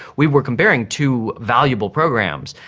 we were comparing two valuable programs.